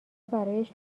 برایش